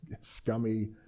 scummy